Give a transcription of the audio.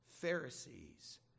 Pharisees